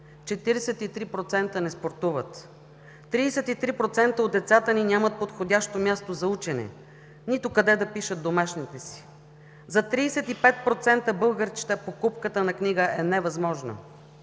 43% не спортуват, 33% от децата ни нямат подходящо място за учене, нито къде да пишат домашните си, за 35% българчета покупката на книга е невъзможна,